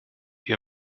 ihr